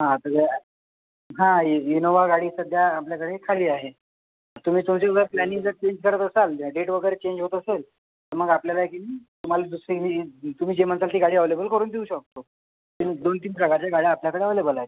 हां आता ज्या हां इ इनोव्हा गाडी सध्या आपल्याकडे खाली आहे तुम्ही तुमची जर प्लॅनिंग जर चेंज करत असाल डेट वगैरे चेंज होत असेल तर मग आपल्याला की नाही तुम्हाला दुसरी मी तुम्ही जे म्हणताल ती गाडी अवलेबल करून देऊ शकतो तीन दोन तीन प्रकारच्या गाड्या आपल्याकडे अवलेबल आहेत